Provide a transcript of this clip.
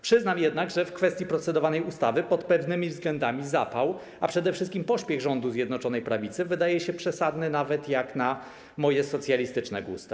Przyznam jednak, że w kwestii procedowanej ustawy pod pewnymi względami zapał, a przede wszystkim pośpiech, rządu Zjednoczonej Prawicy wydaje się przesadny nawet jak na moje socjalistyczne gusta.